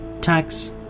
tax